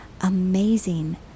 amazing